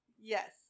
Yes